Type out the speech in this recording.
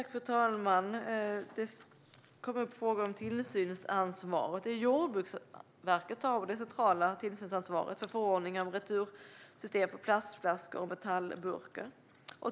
Fru talman! Det kom en fråga om tillsynsansvaret. Det är Jordbruksverket som har det centrala tillsynsansvaret för förordningen om retursystem för plastflaskor och metallburkar.